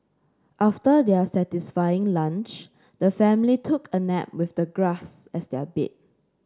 after their satisfying lunch the family took a nap with the grass as their bed